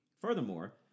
Furthermore